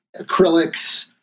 acrylics